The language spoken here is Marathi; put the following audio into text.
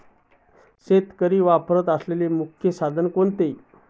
शेतकरी वापरत असलेले मुख्य साधन कोणते?